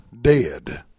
dead